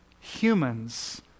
Humans